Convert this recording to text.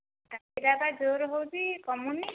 କାଶଟା ପରା ଜୋରରେ ହେଉଛି କମୁନାହିଁ